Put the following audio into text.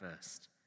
first